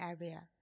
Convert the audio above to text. area